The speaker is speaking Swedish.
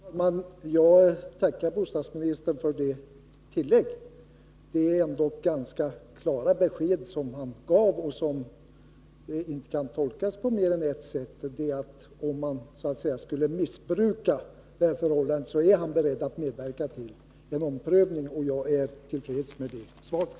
Herr talman! Jag tackar bostadsministern för detta tillägg. Det var ändå ganska klara besked som han gav, som inte kan tolkas på mer än ett sätt. Om denna undantagsregel skulle missbrukas, är bostadsministern beredd att medverka till en omprövning. Jag är till freds med det svaret.